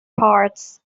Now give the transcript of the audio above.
parts